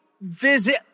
visit